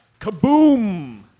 Kaboom